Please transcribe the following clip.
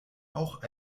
auch